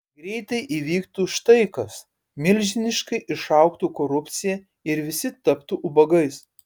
greitai įvyktų štai kas milžiniškai išaugtų korupcija ir visi taptų ubagais